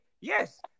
yes